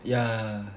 yeah